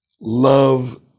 love